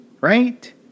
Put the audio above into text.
right